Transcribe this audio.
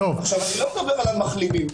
אני לא מדבר על המחלימים.